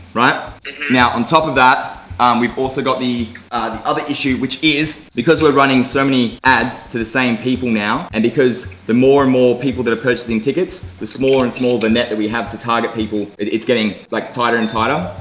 but now on top of that we've also got the other issue which is, because we're running so many ads to the same people now and because the more and more people that are purchasing tickets the smaller and smaller the net we have to target people it's getting like tighter and tighter.